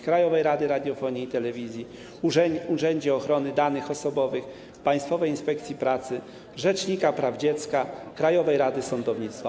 Krajowej Rady Radiofonii i Telewizji, Urzędu Ochrony Danych Osobowych, Państwowej Inspekcji Pracy, rzecznika praw dziecka, Krajowej Rady Sądownictwa.